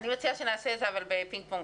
אני מציעה שנעשה פינג פונג,